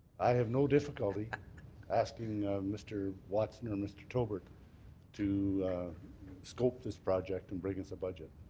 i have no difficulty asking mr. watson or mr. tobert to scope this project and bring us a budget.